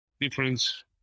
difference